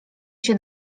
się